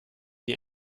die